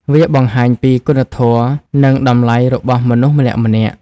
វាបង្ហាញពី គុណធម៌ និងតម្លៃរបស់មនុស្ស ម្នាក់ៗ។